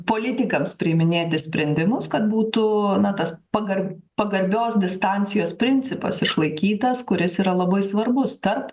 politikams priiminėti sprendimus kad būtų na tas pagar pagarbios distancijos principas išlaikytas kuris yra labai svarbus tarp